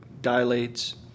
dilates